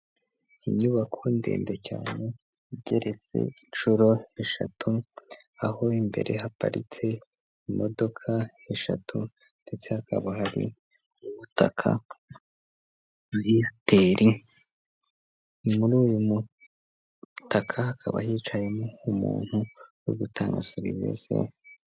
Inyubako ndende cyane igeretse inshuro eshatu, aho imbere haparitse imodoka eshatu ndetse hakaba hari umutaka wa Airtel ni muri uyu mutaka hakaba hicayemo umuntu wo gutanga serivisi.